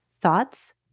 Thoughts